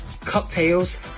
cocktails